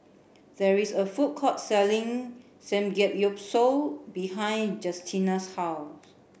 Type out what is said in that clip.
there is a food court selling Samgeyopsal behind Justina's house